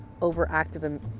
overactive